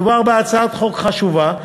מדובר בהצעת חוק חשובה,